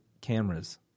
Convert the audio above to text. cameras